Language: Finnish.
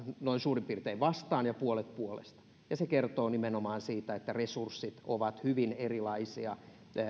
noin suurin piirtein puolet opettajista on vastaan ja puolet puolesta se kertoo nimenomaan siitä että resurssit ovat hyvin erilaisia